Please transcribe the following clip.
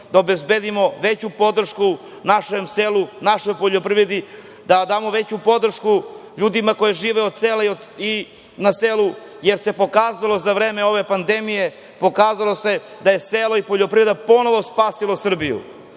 da obezbedimo veću podršku našem selu, našoj poljoprivredi, da damo veću podršku ljudima koji žive od sela i na selu, jer se pokazalo za vreme ove pandemije da je selo i poljoprivreda ponovo spasilo Srbiju. Zbog